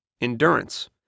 endurance